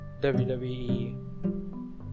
wwe